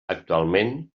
actualment